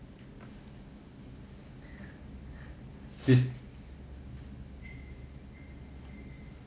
this